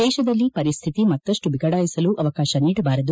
ದೇಶದಲ್ಲಿ ಪರಿಸ್ಥಿತಿ ಮತ್ತಷ್ಟು ಬಿಗಡಾಯಿಸಲು ಅವಕಾಶ ನೀಡಬಾರದು